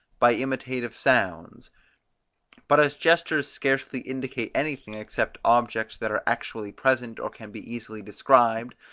by imitative sounds but as gestures scarcely indicate anything except objects that are actually present or can be easily described,